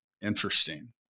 interesting